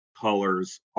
colors